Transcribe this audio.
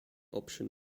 option